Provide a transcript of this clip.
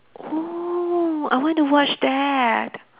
oh I want to watch that